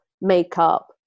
makeup